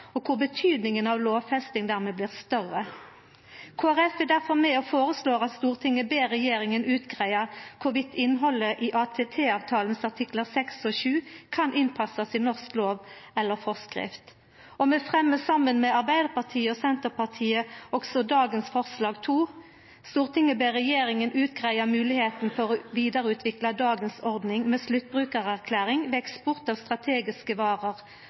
og der betydninga av lovfesting dermed blir større. Kristeleg Folkeparti er difor med og føreslår at Stortinget ber regjeringa greia ut om innhaldet i artikkel 6 og 7 i ATT-avtalen kan innpassast i norsk lov eller forskrift. Vi fremjar saman med Arbeidarpartiet og Senterpartiet òg forslag nr. 2, som lyder: «Stortinget ber regjeringen utrede muligheten for å videreutvikle dagens ordning med sluttbrukererklæring ved eksport av strategiske varer,